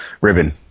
ribbon